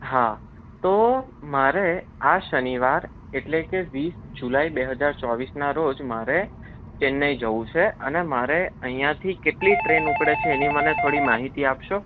હા તો મારે આ શનિવાર એટલે કે વીસ જુલાઈ બે હજાર ચોવીસના રોજ મારે ચેન્નાઈ જવું છે અને મારે અહીંથી કેટલી ટ્રેન ઉપડે છે એની મને થોડી માહિતી આપશો